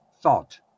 thought